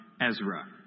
Ezra